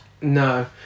No